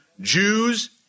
Jews